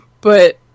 But-